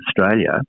Australia